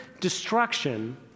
destruction